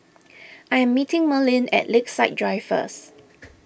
I am meeting Merlene at Lakeside Drive first